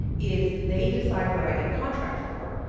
is they decide what i get a contract for.